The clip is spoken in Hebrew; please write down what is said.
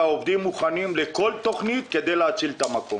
העובדים מוכנים לכל תכנית כדי להציל את המקום.